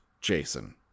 Jason